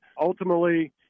ultimately